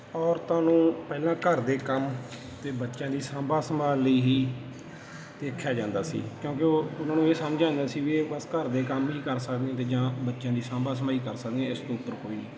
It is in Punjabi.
ਔਰਤਾਂ ਨੂੰ ਪਹਿਲਾਂ ਘਰ ਦੇ ਕੰਮ ਅਤੇ ਬੱਚਿਆਂ ਦੀ ਸਾਂਭ ਸੰਭਾਲ ਲਈ ਹੀ ਦੇਖਿਆ ਜਾਂਦਾ ਸੀ ਕਿਉਂਕਿ ਉਹ ਉਹਨਾਂ ਨੂੰ ਇਹ ਸਮਝਿਆ ਜਾਂਦਾ ਸੀ ਵੀ ਇਹ ਬਸ ਘਰ ਦੇ ਕੰਮ ਹੀ ਕਰ ਸਕਦੀਆਂ ਅਤੇ ਜਾਂ ਬੱਚਿਆਂ ਦੀ ਸਾਂਭ ਸੰਭਾਈ ਕਰ ਸਕਦੀਆਂ ਇਸ ਤੋਂ ਉੱਪਰ ਕੋਈ ਨਹੀਂ